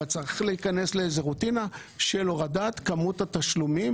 צריך להיכנס לאיזו רוטינה של הורדת כמות התשלומים